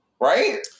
right